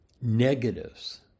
negatives